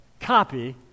copy